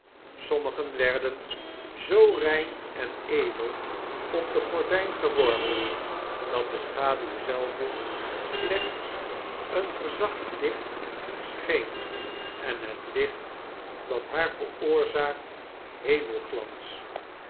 sommigen werden zoo rein en edel op de gordyn geworpen dat de schaduw zelve slechts een verzacht licht scheen en het licht dat haar veroorzaakt